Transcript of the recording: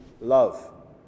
love